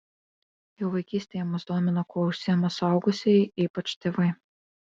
jau vaikystėje mus domina kuo užsiima suaugusieji ypač tėvai